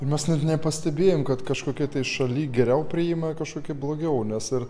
ir mes net nepastebėjom kad kažkokioj tai šaly geriau priima kažkokį blogiau nes ir